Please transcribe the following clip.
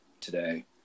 today